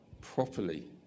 properly